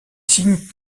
signe